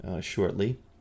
shortly